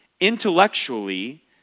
Intellectually